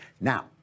Now